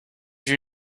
you